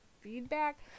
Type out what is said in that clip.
feedback